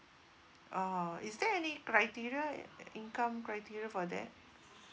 ah is there any criteria income criteria for that